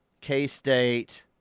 K-State